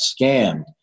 scammed